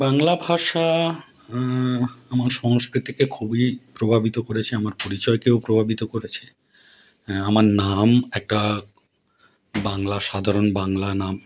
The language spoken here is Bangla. বাংলা ভাষা আমার সংস্কৃতিকে খুবই প্রভাবিত করেছে আমার পরিচয়কেও প্রভাবিত করেছে হ্যাঁ আমার নাম একটা বাংলা সাধারণ বাংলা নাম